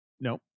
Nope